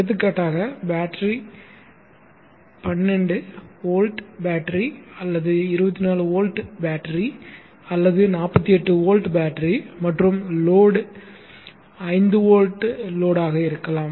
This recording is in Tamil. எடுத்துக்காட்டாக பேட்டரி 12 வோல்ட் பேட்டரி அல்லது 24 வோல்ட் பேட்டரி அல்லது 48 வோல்ட் பேட்டரி மற்றும் லோட் 5 வோல்ட் லோடாக இருக்கலாம்